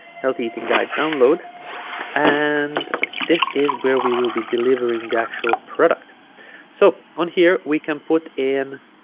healthy eating guide download and this is where we will be delivering the actual product so on here we can put in